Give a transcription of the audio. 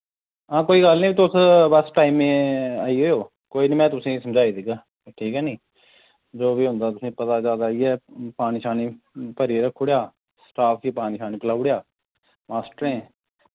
हां कोई गल्ल नी तुस बस टाइमै आई जाएओ कोई नी में तुसें समझाई देगा ठीक ऐ नी जो बी होंदा तुसें पता ज्यादा इ'यै पानी शानी भरियै रक्खुड़ेआ स्टाफ गी पानी शानी प्लाऊड़ेआ मास्टरें